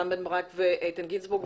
רם בן ברק ואיתן גינזבורג,